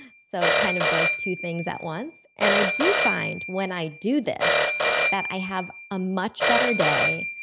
so it kind of does two things at once. and i do find when i do this that i have a much better day.